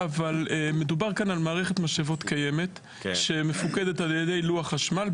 מדובר כאן על מערכת משאבות קיימת שמפקד עליה לוח חשמל.